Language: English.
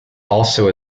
also